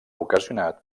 ocasionat